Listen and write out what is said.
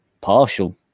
partial